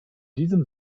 diesem